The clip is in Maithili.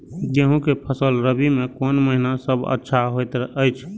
गेहूँ के फसल रबि मे कोन महिना सब अच्छा होयत अछि?